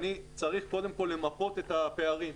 אני צריך קודם כל למפות את הפערים.